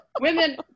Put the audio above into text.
Women